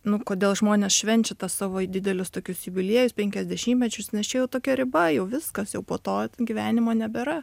nu kodėl žmonės švenčia tą savo didelius tokius jubiliejus penkiasdešimtmečius nes čia jau tokia riba jau viskas jau po to gyvenimo nebėra